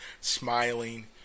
smiling